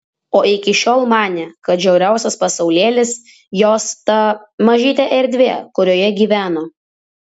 o iki šiol manė kad žiauriausias pasaulėlis jos ta mažytė erdvė kurioje gyveno